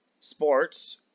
sports